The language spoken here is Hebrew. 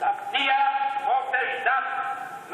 תבטיח חופש דת,